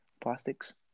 plastics